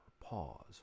Pause